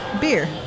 Beer